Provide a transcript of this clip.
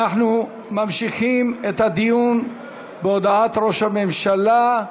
אנחנו ממשיכים את הדיון בהודעת ראש הממשלה.